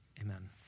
Amen